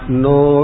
no